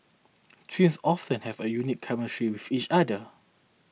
twins often have a unique chemistry with each other